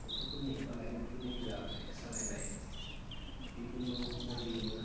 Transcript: गथ'फोरनि बा लाइमोनफोरनि जा बाइक सालायनाय बे कुनु हबि नङा